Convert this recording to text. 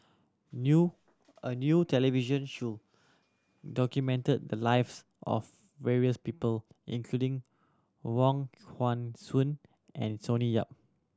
new a new television show documented the lives of various people including Wong Hong Suen and Sonny Yap